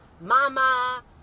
Mama